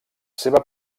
seva